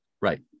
Right